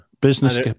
Business